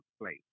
place